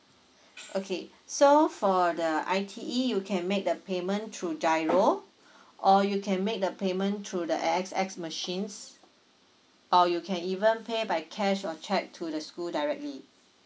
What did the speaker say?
okay so for the I_T_E you can make the payment through GIRO or you can make the payment through the A_X_S machines or you can even pay by cash or cheque to the school directly